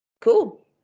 cool